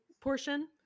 portion